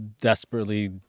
desperately